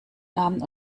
namen